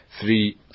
three